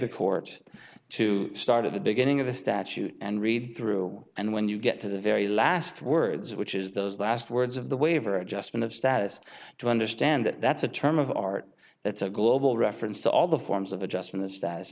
the court to start at the beginning of the statute and read through and when you get to the very last words which is those last words of the waiver adjustment of status to understand that that's a term of art that's a global reference to all the forms of adjustment